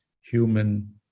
human